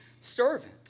servant